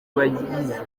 bagize